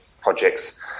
projects